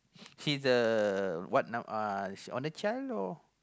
he's the what uh only child or